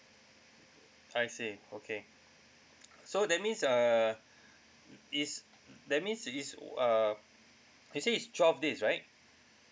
I see okay so that means uh is that means is uh they say it's twelve days right